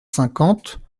cinquante